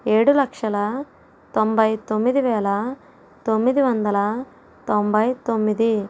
ఏడు లక్షల తొంభై తొమ్మిది వేల తొమ్మిది వందల తొంభై తొమ్మిది